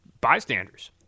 bystanders